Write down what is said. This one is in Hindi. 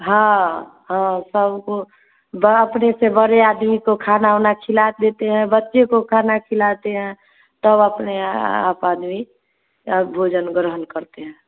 हाँ हाँ सबको अपने से बड़े आदमी को खाना ओना खिला देते हैं बच्चे को खाना खिलाते हैं तब अपने आप पानी और भोजन ग्रहण करते हैं